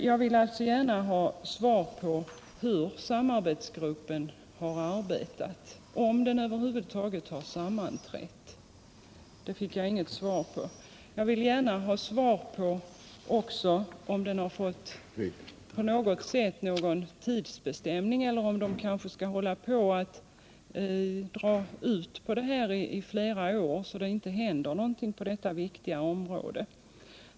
Jag vill alltså gärna ha svar på hur samarbetsgruppen har arbetat. Har den över huvud taget sammanträtt? Det fick jag inget svar på. Jag vill gärna också ha svar på om den har fått någon tidsbestämning, eller om den kan hålla på att dra ut på arbetet i flera år, medan det inte händer någonting på detta viktiga område.